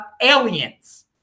aliens